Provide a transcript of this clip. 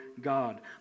God